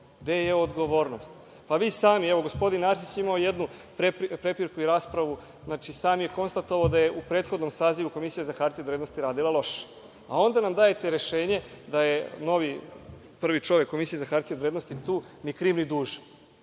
gde je odgovornost? Vi sami, evo, gospodin Arsić je imao jednu prepirku i raspravu, znači sam je konstatovao da je u prethodnom sazivu Komisija za hartije od vrednosti radila loše. Onda nam dajete rešenje da je novi, prvi čovek Komisije za hartije od vrednosti tu ni kriv ni dužan,